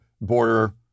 border